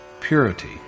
purity